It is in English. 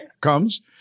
comes